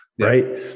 right